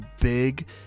big